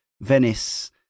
Venice